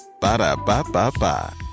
Ba-da-ba-ba-ba